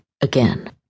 again